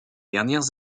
dernières